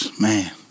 man